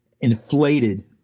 inflated